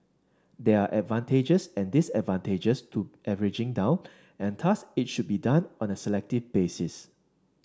there are advantages and disadvantages to averaging down and thus it should be done on a selective basis